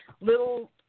little